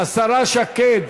השרה שקד,